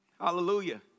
Hallelujah